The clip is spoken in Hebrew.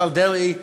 השר דרעי,